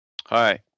hi